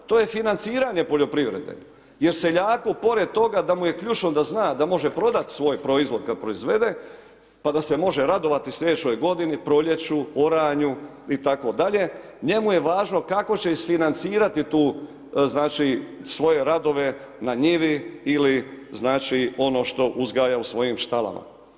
To je financiranje poljoprivrede, jer seljaku pored toga da mu je ključno da zna da može prodat svoj proizvod kad proizvede, pa da se može radovati slijedećoj godini, proljeću, oranju itd., njemu je važno kako će isfinancirati tu znači svoje radove na njivi ili znači ono što uzgaja u svojim štalama.